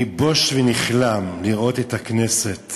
אני בוש ונכלם לראות את הכנסת